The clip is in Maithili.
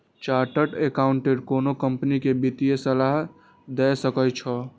चार्टेड एकाउंटेंट कोनो कंपनी कें वित्तीय सलाह दए सकै छै